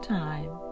time